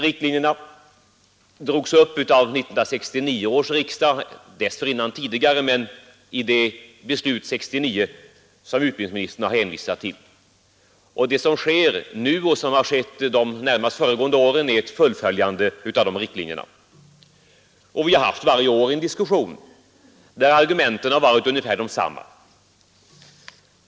Riktlinjerna drogs upp av 1969 års riksdag — egentligen också tidigare, men det var beslutet 1969 som utbildningsministern här hänvisade till — och det som har skett under de närmast föregående åren och det som sker nu är närmast ett fullföljande av de riktlinjerna. Vi har haft en diskussion om dessa frågor varje år, och argumenten har varit ungefär desamma.